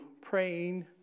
praying